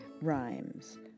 Rhymes